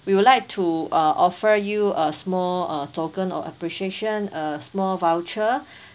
we will like to uh offer you a small uh token of appreciation a small voucher